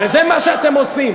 הרי זה מה שאתם עושים.